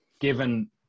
given